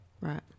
right